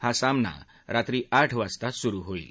हा सामना रात्री आठ वाजता सुरु होईल